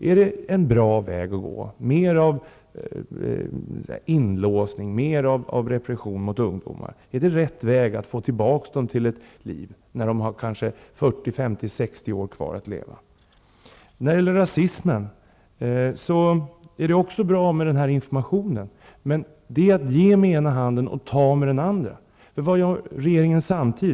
Är det en bra väg att gå när det blir mer av inlåsning och mer av repression mot ungdomar? Är det den rätta vägen när det gäller att hjälpa ungdomarna tillbaka till livet så att säga? De har ju 40, 50 eller 60 år kvar att leva. När det gäller rasismen vill jag säga att informationen är bra. Men det som sägs innebär att man ger med den ena handen och att man tar med den andra. Vad gör regeringen i det läget?